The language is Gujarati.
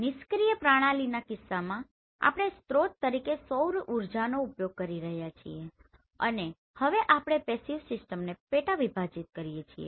નિષ્ક્રીય પ્રણાલીના કિસ્સામાં આપણે સ્રોત તરીકે સૌર ઉર્જાનો ઉપયોગ કરી રહ્યાં છીએ અને હવે આપણે નિષ્ક્રીય સિસ્ટમને પેટાવિભાજિત કરીએ